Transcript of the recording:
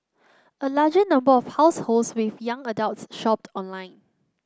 a larger number of households with young adults shopped online